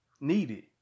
needed